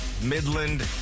Midland